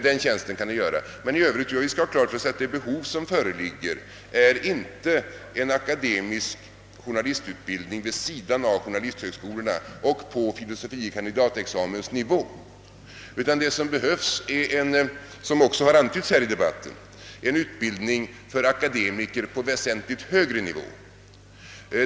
Den nyttan kan det göra. Men annars skall vi ha klart för oss att det behov som föreligger inte är behovet av en akademisk journalistutbildning vid sidan om journalisthögskolorna och på filosofie kandidatexamens nivå. Det som behövs — och det har också antytts i denna debatt är en utbildning för akademiker på väsentligt högre nivå.